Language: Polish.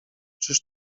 czyż